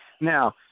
Now